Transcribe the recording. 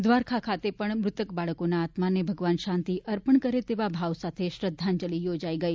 દ્વારકા ખાતે પણ મ્રતક બાળકોના આત્માને ભગવાન શાંતિ અર્પણ કરે તેવા ભાવ સાથે શ્રધ્ધાંજલિ યોજાઈ ગઈ